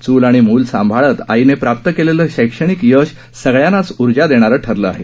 चूल आणि मूल सांभाळत आईने प्राप्त केलेलं शैक्षणिक यश सगळ्यांनाच उर्जा देणारं ठरलं आहे